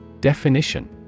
Definition